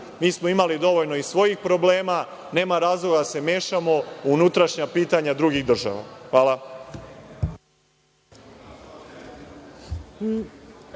Mi smo imali dovoljno i svojih problema. Nema razloga da se mešamo u unutrašnja pitanja drugih država. Hvala.